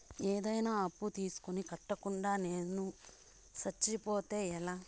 ఏదైనా అప్పు తీసుకొని కట్టకుండా నేను సచ్చిపోతే ఎలా